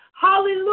Hallelujah